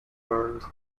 world